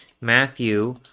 Matthew